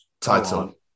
title